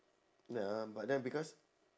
ya but then because